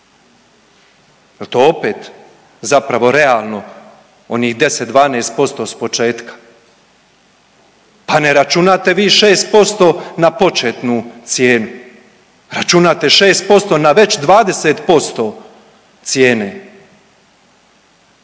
to opet zapravo realno onih 10-12% s početka, pa ne računate vi 6% na početnu cijenu, računate 6% na već 20% cijene,